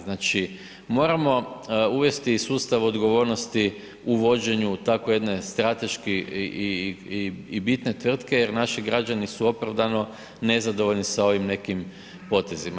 Znači, moramo uvesti i sustav odgovornosti u vođenju tako jedne strateški i bitne tvrtke jer naši građani su opravdano nezadovoljni sa ovim nekim potezima.